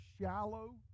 shallow